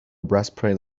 breastplate